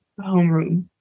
homeroom